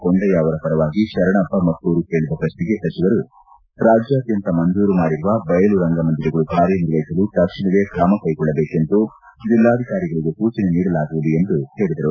ಕೊಂಡಯ್ಕ ಅವರ ಪರವಾಗಿ ಶರಣಪ್ಪ ಮತ್ತೂರು ಕೇಳಿದ ಪ್ರತ್ನೆಗೆ ಸಚಿವರು ರಾಜ್ಕಾದ್ಯಂತ ಮಂಜೂರು ಮಾಡಿರುವ ಬಯಲು ರಂಗಮಂದಿರಗಳು ಕಾರ್ಯನಿರ್ವಹಿಸಲು ತಕ್ಷಣವೇ ಕ್ರಮ ಕೈಗೊಳ್ಳಬೇಕೆಂದು ಜೆಲ್ಲಾಧಿಕಾರಿಗಳಿಗೆ ಸೂಚನೆ ನೀಡಲಾಗುವುದು ಎಂದು ಹೇಳಿದರು